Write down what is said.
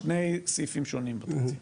זה שני סעיפים שונים בתקציב.